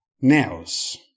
nails